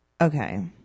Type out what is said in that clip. Okay